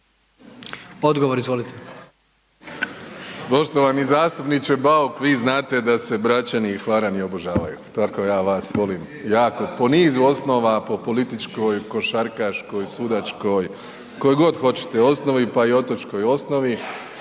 Andrej (HDZ)** Poštovani zastupniče Bauk vi znate da se Bračani i Hvarani obožavaju, tako ja vas volim jako, po nizu osnova, po političkoj, košarkaškoj, sudačkoj, kojoj god hoćete osnovi pa i otočkoj osnovi.